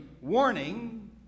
warning